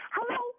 Hello